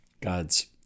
God's